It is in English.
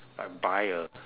I buy a